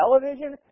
Television